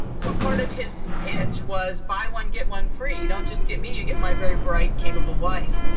so part of his pitch was buy one, get one free, you don't just get me, you get my very bright, capable wife'.